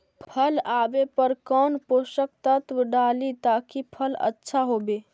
फल आबे पर कौन पोषक तत्ब डाली ताकि फल आछा होबे?